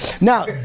Now